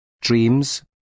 dreams